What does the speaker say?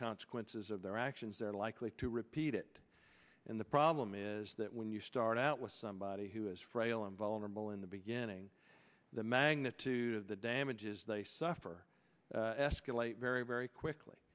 consequences of their actions they're likely to repeat it and the problem is that when you start out with somebody who is frail and vulnerable in the beginning the magnitude of the damage is they suffer escalate very very quickly